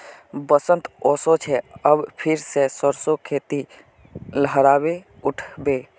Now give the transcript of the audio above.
बसंत ओशो छे अब फिर से सरसो खेती लहराबे उठ बे